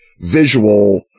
visual